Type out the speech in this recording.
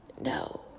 no